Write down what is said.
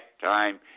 time